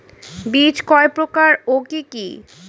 বীজ কয় প্রকার ও কি কি?